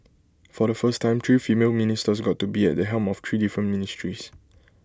for the first time three female ministers got to be at the helm of three different ministries